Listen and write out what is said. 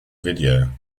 video